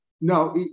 No